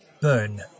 burn